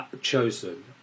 chosen